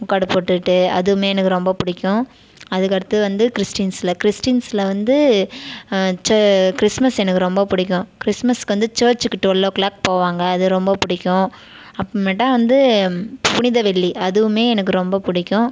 முக்காடு போட்டுகிட்டு அதுவும் எனக்கு ரொம்ப பிடிக்கும் அதுக்கு அடுத்து வந்து கிறிஸ்டின்ஸில் கிறிஸ்டின்ஸில் வந்து கிறிஸ்மஸ் எனக்கு ரொம்ப பிடிக்கும் கிறிஸ்மஸுக்கு வந்து சர்ச்சுக்கு டுவெல் ஓ கிளாக் போவாங்க அது ரொம்ப பிடிக்கும் அப்புறமேட்டா வந்து புனித வெள்ளி அதுவுமே எனக்கு ரொம்ப பிடிக்கும்